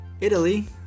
Italy